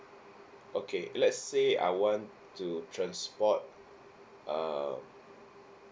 okay let's say I want to transport err